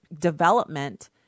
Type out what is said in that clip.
development